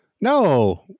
No